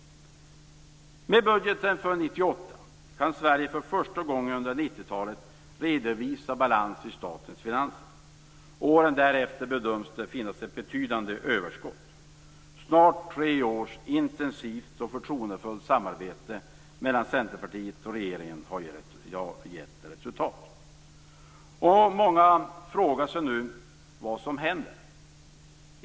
Med budgeten för 1998 kan Sverige för första gången under 1990-talet redovisa balans i statens finanser. Åren därefter bedöms det finnas ett betydande överskott. Snart tre års intensivt och förtroendefullt samarbete mellan Centerpartiet och regeringen har gett resultat. Många frågar sig nu vad som händer.